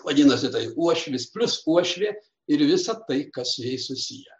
vadinasi tai uošvis plius uošvė ir visa tai kas susiję